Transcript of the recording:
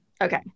Okay